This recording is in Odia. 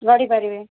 ଗଢ଼ି ପାରିବେ